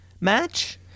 match